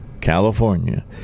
California